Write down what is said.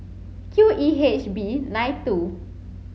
Q E H B nine two